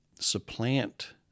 supplant